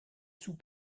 sous